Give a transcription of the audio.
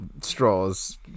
straws